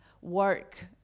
work